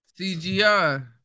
CGI